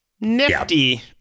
Nifty